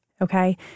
okay